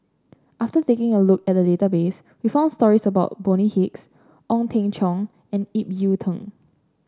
after taking a look at the database we found stories about Bonny Hicks Ong Teng Cheong and Ip Yiu Tung